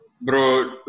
bro